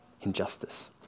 injustice